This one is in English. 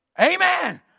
Amen